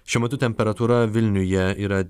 šiuo metu temperatūra vilniuje yra